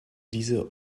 diese